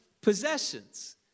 Possessions